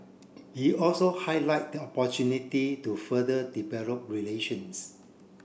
he also highlight the opportunity to further develop relations